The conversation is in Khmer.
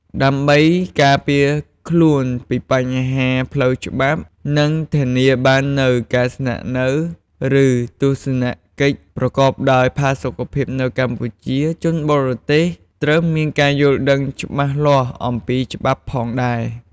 ដើម្បីការពារខ្លួនពីបញ្ហាផ្លូវច្បាប់ និងធានាបាននូវការស្នាក់នៅ ឬទស្សនកិច្ចប្រកបដោយផាសុកភាពនៅកម្ពុជា ជនបរទេសត្រូវមានការយល់ដឹងច្បាស់លាស់អំពីច្បាប់ផងដែរ។